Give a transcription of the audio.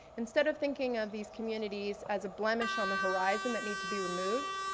instead of thinking of these communities as a blemish on the horizon that need to be removed,